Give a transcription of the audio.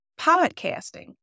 podcasting